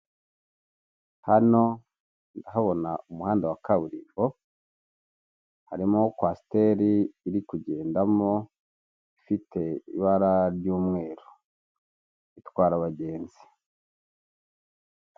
Hano ndahabona umuhanda wa kaburimbo, harimo Kwasteri iri kugendamo ifite ibara ry'umweru itwara abagenzi.